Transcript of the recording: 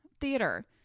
theater